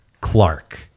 Clark